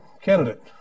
candidate